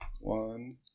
one